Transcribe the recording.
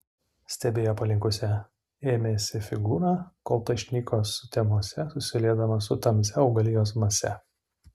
stebėjo palinkusią ėmėsi figūrą kol ta išnyko sutemose susiliedama su tamsia augalijos mase